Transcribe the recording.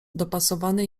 dopasowany